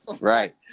Right